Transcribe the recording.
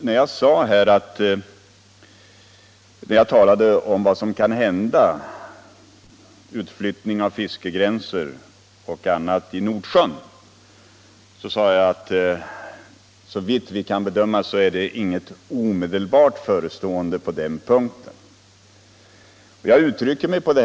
När jag talade om vad som kan komma att hända i fråga om bl.a. utflyttning av fiskegränser i Nordsjön påpekade jag att ingenting var omedelbart förestående på den punkten såvitt vi nu kan bedöma.